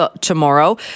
tomorrow